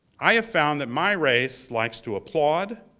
i have found that my race likes to applaud,